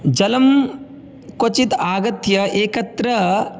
जलं क्वचिद् आगत्य एकत्र